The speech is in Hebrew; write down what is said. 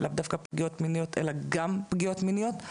לאו דווקא פגיעות מיניות אלא גם פגיעות מיניות.